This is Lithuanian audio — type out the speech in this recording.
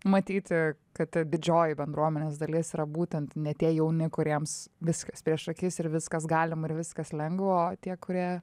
matyti kad didžioji bendruomenės dalis yra būtent ne tie jauni kuriems viskas prieš akis ir viskas galima ir viskas lengva o tie kurie